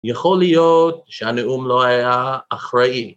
‫יכול להיות... שהנאום לא היה... אחראי.